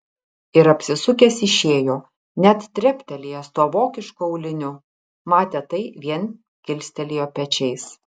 ir apsisukęs išėjo net treptelėjęs tuo vokišku auliniu matę tai vien kilstelėjo pečiais